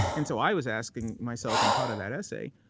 and so i was asking myself in part of that essay,